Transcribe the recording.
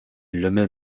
lümmel